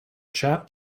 chap